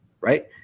right